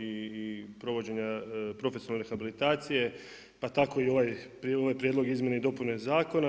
i provođenja profesionalne rehabilitacije pa tako i ovaj prijedlog izmjene i dopune zakona.